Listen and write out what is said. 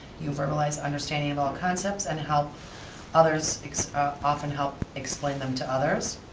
you've realized understanding of all concepts and how others often help explain them to others.